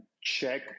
check